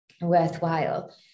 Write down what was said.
worthwhile